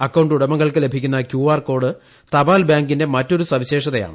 account ഉടമകൾക്ക് ലഭിക്കുന്ന Q R code തപാൽ ബാങ്കിന്റെ മറ്റൊരു സവിശേഷതയാണ്